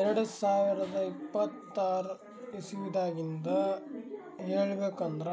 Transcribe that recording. ಎರಡ ಸಾವಿರದ್ ಇಪ್ಪತರ್ ಇಸವಿದಾಗಿಂದ್ ಹೇಳ್ಬೇಕ್ ಅಂದ್ರ